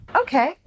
okay